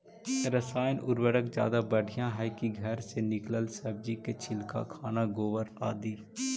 रासायन उर्वरक ज्यादा बढ़िया हैं कि घर से निकलल सब्जी के छिलका, खाना, गोबर, आदि?